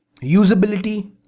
usability